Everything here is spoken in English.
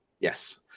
yes